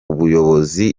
buyobozi